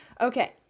Okay